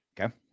Okay